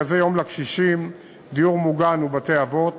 מרכזי-יום לקשישים, דיור מוגן ובתי-אבות.